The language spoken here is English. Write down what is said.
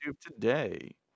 today